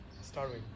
starving